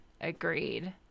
Agreed